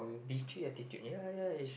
bitchy attitude ya ya is